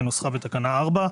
כנוסחה בתקנה 4,